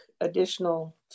additional